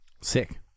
Sick